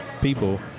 people